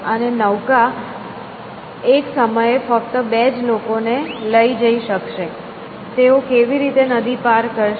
અને નૌકા એક સમયે ફક્ત બે જ લોકો ને લઇ જઈ શકશે તેઓ કેવી રીતે નદી પાર કરશે